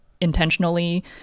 intentionally